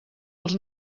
els